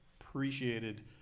appreciated